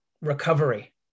recovery